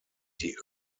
die